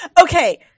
Okay